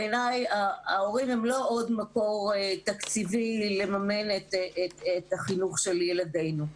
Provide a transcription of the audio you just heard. בעיניי ההורים הם לא עוד מקור תקציבי לממן את החינוך של ילדינו.